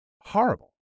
horrible